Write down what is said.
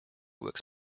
works